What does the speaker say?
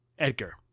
Edgar